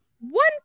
One